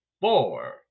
four